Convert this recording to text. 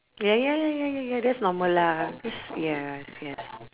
ya ya ya ya ya that's normal lah cause ya yes